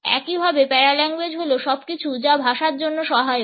একইভাবে প্যারাল্যাঙ্গুয়েজ হল সব কিছু যা ভাষার জন্য সহায়ক